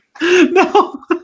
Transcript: No